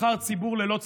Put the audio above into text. נבחר ציבור ללא ציבור,